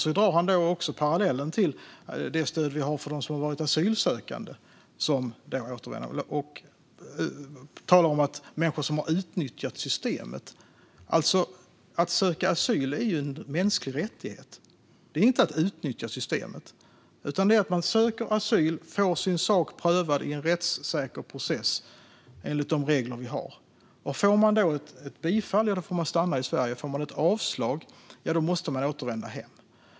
Han drar också en parallell till det stöd vi har för dem som har varit asylsökande och som återvänder och talar om människor som har utnyttjat systemet. Att söka asyl är ju en mänsklig rättighet; det är inte att utnyttja systemet. Man söker asyl och får sin sak prövad i en rättssäker process enligt de regler vi har. Om man får bifall får man stanna i Sverige. Om man får avslag måste man återvända hem.